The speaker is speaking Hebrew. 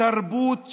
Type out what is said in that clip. תרבות שקר.